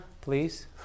please